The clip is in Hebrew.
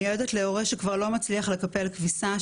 מיועדת להורה שכבר לא מצליח לקפל כביסה,